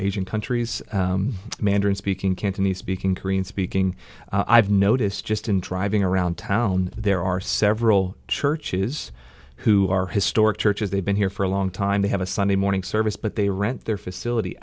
asian countries mandarin speaking cantonese speaking korean speaking i've noticed just in driving around town there are several churches who are historic churches they've been here for a long time they have a sunday morning service but they rent their facility